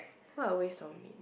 what a waste of meat